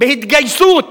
בהתגייסות